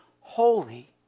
holy